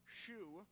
shoe